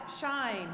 shine